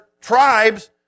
tribes